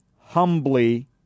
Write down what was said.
humbly